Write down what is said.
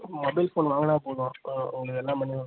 mobile phone வாங்கினா போதும் உங் உங்களுக்கு எல்லாம் பண்ணி கொடுத்துருவோம்